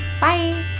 Bye